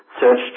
search